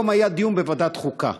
היום היה דיון בוועדת החוקה